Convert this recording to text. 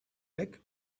leg